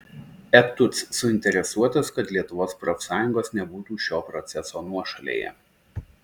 etuc suinteresuotas kad lietuvos profsąjungos nebūtų šio proceso nuošalėje